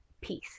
peace